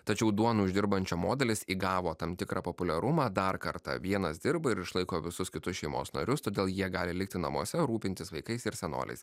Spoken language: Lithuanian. tačiau duoną uždirbančio modelis įgavo tam tikrą populiarumą dar kartą vienas dirba ir išlaiko visus kitus šeimos narius todėl jie gali likti namuose rūpintis vaikais ir senoliais